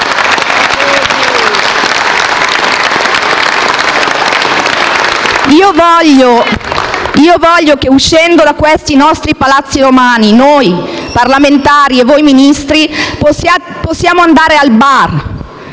Voglio che, uscendo da questi Palazzi romani, noi parlamentari e voi, Ministri, possiamo andare al bar